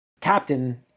captain